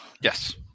Yes